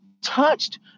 touched